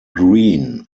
green